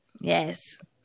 Yes